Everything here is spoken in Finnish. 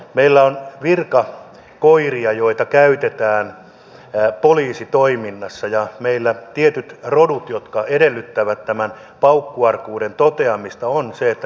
meillä on virkakoiria joita käytetään poliisitoiminnassa meillä on tietyt rodut joilta edellytetään tämän paukkuarkuuden toteamista ja se todetaan starttiaseella